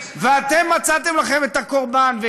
ואתם מצאתם לכם את הקורבן,